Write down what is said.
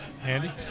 Handy